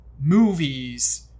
movies